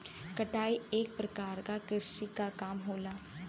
कटाई एक परकार क कृषि क काम होला